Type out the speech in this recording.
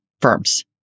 firms